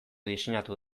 diseinatu